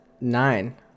nine